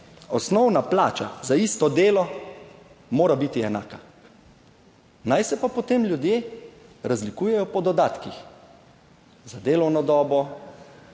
osnovna plača za isto delo mora biti enaka, naj se pa potem ljudje razlikujejo po dodatkih. Za delovno dobo,